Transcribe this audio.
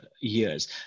years